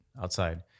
outside